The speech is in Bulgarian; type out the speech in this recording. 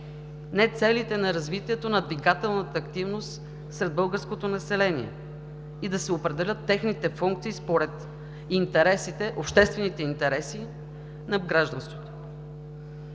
не целите на развитието на двигателната активност сред българското население и да се определят техните функции според интересите, обществените интереси на гражданството.